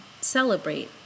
celebrate